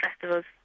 festivals